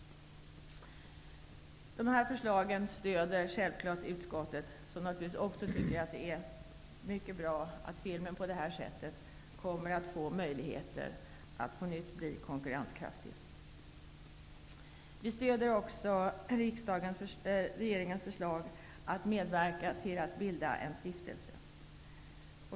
Utskottet stöder självfallet dessa förslag. Vi tycker också att det är mycket bra att filmen på det här sättet kommer att få möjligheter att på nytt bli konkurrenskraftig. Vi stöder också regeringens förslag att medverka till att bilda en stiftelse.